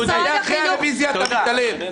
זה היה אחרי הרוויזיה, אתה מתעלם.